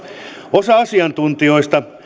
osa asiantuntijoista